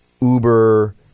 Uber